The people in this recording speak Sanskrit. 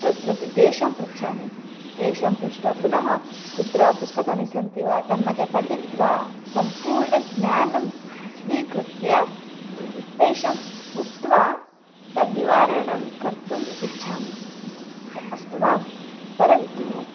तत् प्रति तेषां पृच्छामि तेषां पृष्ट्वा पुनः कुत्र पुस्तकानि सन्ति वा तन्मध्ये पठित्वा सम्पूर्णं ज्ञानं स्वीकृत्य तेषाम् उक्त्वा तद् निवारणं कर्तुम् इच्छामि अस्तु वा परन्तु